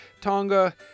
Tonga